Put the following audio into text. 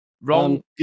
Wrong